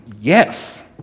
yes